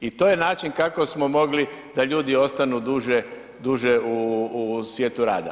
I to je način kako smo mogli da ljudi ostanu duže u svijetu rada.